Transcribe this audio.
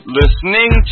listening